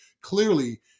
clearly